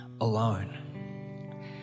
alone